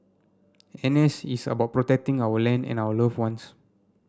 N S is about protecting our land and our love ones